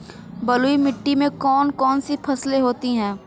बलुई मिट्टी में कौन कौन सी फसलें होती हैं?